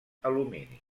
alumini